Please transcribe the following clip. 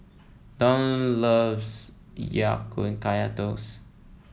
Dion loves Ya Kun Kaya Toast